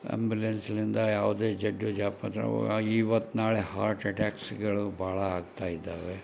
ಆ್ಯಂಬ್ಯುಲೆನ್ಸ್ಲಿಂದ ಯಾವುದೇ ಜಡ್ದು ಜಾಪತ್ರೆಗಳು ಆ ಇವತ್ತು ನಾಳೆ ಹಾರ್ಟ್ ಎಟ್ಯಾಕ್ಸ್ಗಳು ಭಾಳ ಆಗ್ತಾಯಿದ್ದಾವೆ